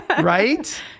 right